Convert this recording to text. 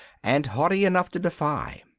and haughty enough to defy.